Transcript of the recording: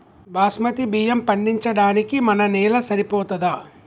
బాస్మతి బియ్యం పండించడానికి మన నేల సరిపోతదా?